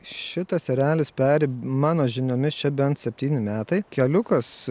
šitas erelis peri mano žiniomis čia bent septyni metai keliukas